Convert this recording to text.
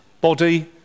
body